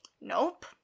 Nope